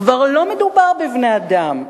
כבר לא מדובר בבני-אדם.